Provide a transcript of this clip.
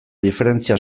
diferentzia